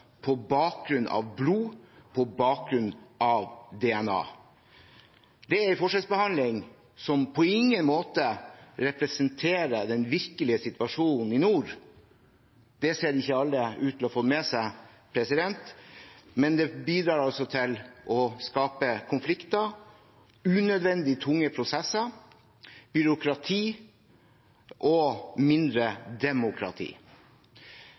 på bakgrunn av blod, på bakgrunn av DNA. Det er en forskjellsbehandling som på ingen måte representerer den virkelige situasjonen i nord. Det ser ikke alle ut til å få med seg, men det bidrar altså til å skape konflikter, unødvendig tunge prosesser, byråkrati og mindre demokrati.